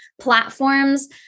platforms